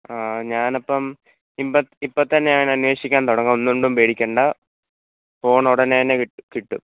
ആ ഞാനപ്പം ഇമ്പ ഇപ്പം തന്നെ ഞാൻ അന്വേഷിക്കാൻ തുടങ്ങാം ഒന്നുകൊണ്ടും പേടിക്കേണ്ട ഫോൺ ഉടനെ തന്നെ കി കിട്ടും